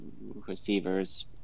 receivers